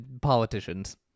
Politicians